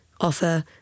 offer